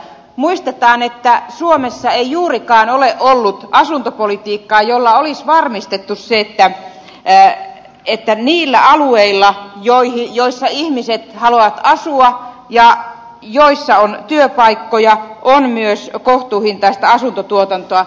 muistetaan että suomessa ei juurikaan ole ollut asuntopolitiikkaa jolla olisi varmistettu se että niillä alueilla joilla ihmiset haluavat asua ja joilla on työpaikkoja on myös kohtuuhintaista asuntotuotantoa